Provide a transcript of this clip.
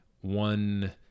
one